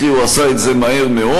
קרי הוא עשה את זה מהר מאוד.